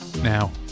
Now